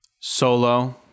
Solo